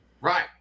right